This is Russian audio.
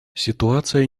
ситуация